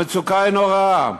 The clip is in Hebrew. המצוקה היא נוראה,